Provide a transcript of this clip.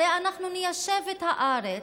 הרי אנחנו ניישב את הארץ,